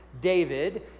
David